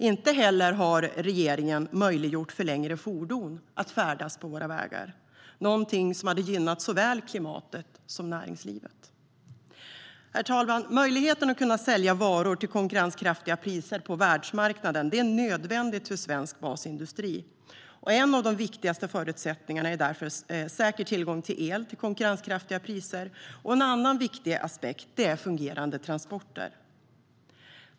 Inte heller har regeringen möjliggjort för längre fordon att färdas på våra vägar, någonting som hade gynnat såväl klimatet som näringslivet. Herr talman! Möjligheten att sälja varor till konkurrenskraftiga priser på världsmarknaden är nödvändig för svensk basindustri. En av de viktigaste förutsättningarna är därför säker tillgång till el till konkurrenskraftiga priser. En annan viktig aspekt är fungerande transporter.